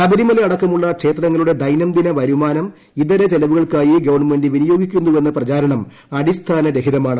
ശബരിമല അടക്കമുള്ള ക്ഷേത്രങ്ങളുടെ ദൈനംദിന വരുമാനം ഇതര ചെലവുകൾക്കായി ഗവൺമെന്റ് വിനിയോഗിക്കുന്നുവെന്ന പ്രചാരണം അടിസ്ഥാനരഹിതമാണ്